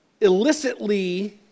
illicitly